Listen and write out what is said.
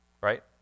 right